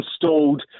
installed